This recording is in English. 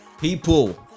people